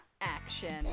action